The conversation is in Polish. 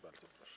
Bardzo proszę.